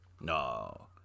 no